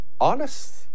honest